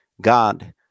God